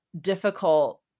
difficult